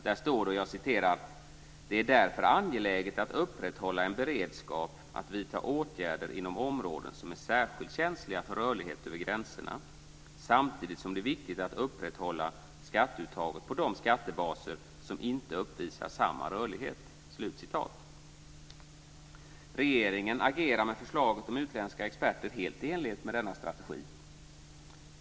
Där står det: "Det är därför angeläget att upprätthålla en beredskap att vidta åtgärder inom områden som är särskilt känsliga för rörlighet över gränserna, samtidigt som det är viktigt att upprätthålla skatteuttaget på de skattebaser som inte uppvisar samma rörlighet". Regeringen agerar med förslaget om utländska experter helt i enlighet med denna strategi.